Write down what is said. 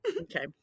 okay